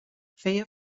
feia